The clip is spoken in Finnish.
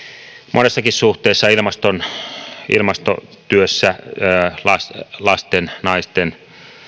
monessakin suhteessa ilmastotyössä lasten lasten naisten